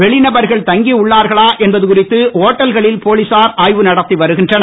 வெளிநபர்கள் தங்கி உள்ளார்களா என்பது குறித்து ஓட்டல்களில் போலீசார் ஆய்வு நடத்தி வருகின்றனர்